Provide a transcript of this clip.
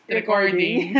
recording